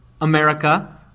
America